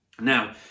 Now